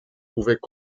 pouvaient